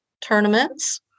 tournaments